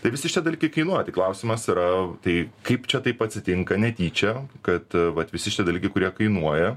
tai visi šitie dalykai kainuoja tai klausimas yra tai kaip čia taip atsitinka netyčia kad vat visi šitie dalykai kurie kainuoja